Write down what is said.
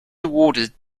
awarded